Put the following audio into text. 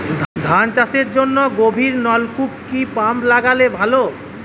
ধান চাষের জন্য গভিরনলকুপ কি পাম্প লাগালে ভালো?